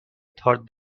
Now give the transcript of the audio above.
thought